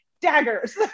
daggers